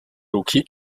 rookie